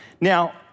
Now